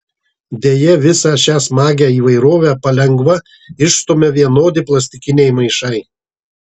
deja visą šią smagią įvairovę palengva išstumia vienodi plastikiniai maišai